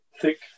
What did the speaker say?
thick